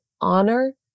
honor